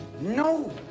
No